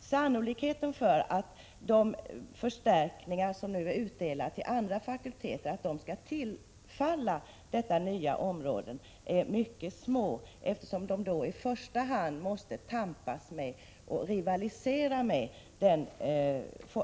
Sannolikheten för att de förstärkningar som nu är utdelade till andra fakulteter skall tillfalla detta nya område är mycket små, eftersom man måste konkurrera med den